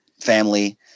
family